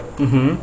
mmhmm